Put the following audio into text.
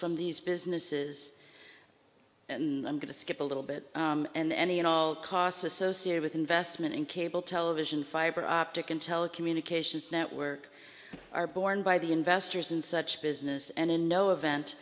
from these businesses and i'm going to skip a little bit and any and all costs associated with investment in cable television fiber optic in telecommunications network are borne by the investors in such business and in no event